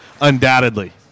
undoubtedly –